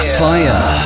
fire